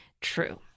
True